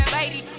lady